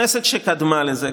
בכנסת שקדמה לזה,